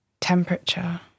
temperature